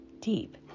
deep